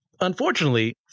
unfortunately